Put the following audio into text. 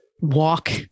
walk